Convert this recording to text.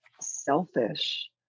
selfish